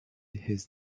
his